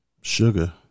Sugar